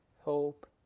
hope